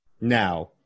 now